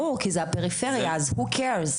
ברור, כי זו הפריפריה אז who cares?